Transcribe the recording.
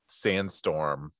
sandstorm